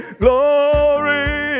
glory